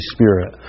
Spirit